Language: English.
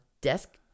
desk